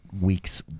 week's